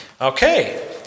Okay